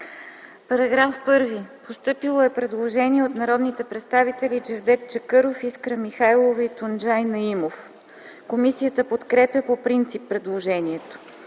Параграф 5. Постъпило е предложение от народни представители Джевдет Чакъров, Искра Михайлова и Тунджай Наимов. Комисията подкрепя по принцип предложението.